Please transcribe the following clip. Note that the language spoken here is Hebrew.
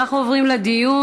אנחנו עוברים לדיון.